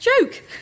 Joke